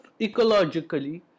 ecologically